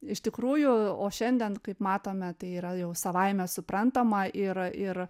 iš tikrųjų o šiandien kaip matome tai yra jau savaime suprantama ir ir